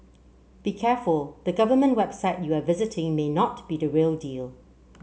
be careful the government website you are visiting may not be the real deal